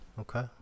okay